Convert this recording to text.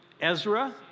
Ezra